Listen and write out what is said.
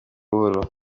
buhoro